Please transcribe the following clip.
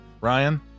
Ryan